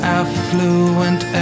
affluent